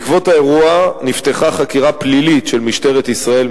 בעקבות האירוע נפתחה חקירה פלילית של משטרת ישראל,